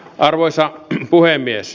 arvoisa puhemies